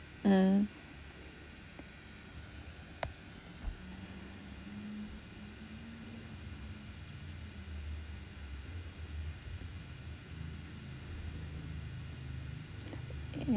uh